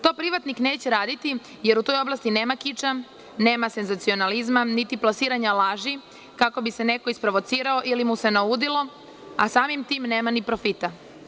To privatnik neće raditi, jer u toj oblasti nema kiča, nema senzacionalizma, niti plasiranja laži kako bi se neko isprovocirao ili mu se naudilo, a samim tim nema ni profita.